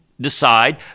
decide